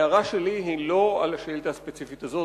ההערה שלי היא לא על השאילתא הספציפית הזאת.